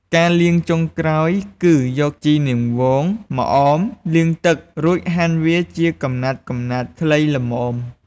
ការលាងចុងក្រោយគឺយកជីរនាងវង ម្អម លាងទឹករួចហាន់វាជាកំណាត់ៗខ្លីល្មម ។